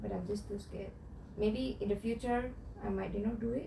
but I'm just too scared maybe in the future I might even do it